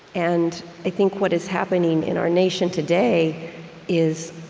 and i think what is happening in our nation today is,